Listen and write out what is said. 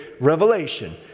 revelation